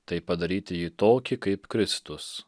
tai padaryti jį tokį kaip kristus